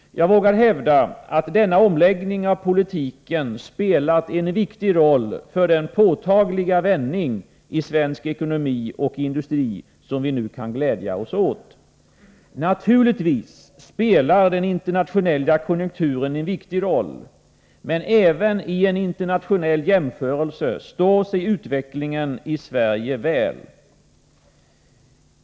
Jag vågar hävda att denna omläggning av politiken spelat en viktig roll för den påtagliga vändning i svensk ekonomi och industri som vi nu kan glädja oss åt. Naturligtvis spelar den internationella konjunkturen en viktig roll, men även vid en internationell jämförelse står sig utvecklingen i Sverige väl.